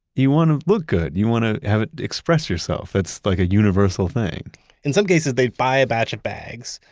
you want to look good. you want to have it express yourself. it's like a universal thing in some cases, they'd buy a batch of bags,